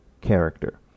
character